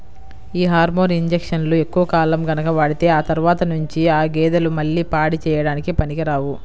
యీ హార్మోన్ ఇంజక్షన్లు ఎక్కువ కాలం గనక వాడితే ఆ తర్వాత నుంచి ఆ గేదెలు మళ్ళీ పాడి చేయడానికి పనికిరావు